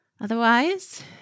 Otherwise